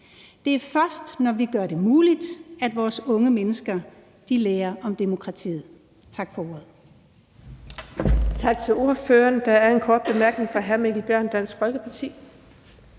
Det er først, når vi gør det muligt, at vores unge mennesker lærer om demokratiet. Tak for ordet.